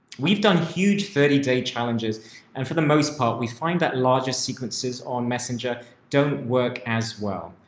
we've done huge thirty day challenges and for the most part we find that largest sequences on messenger don't work as well.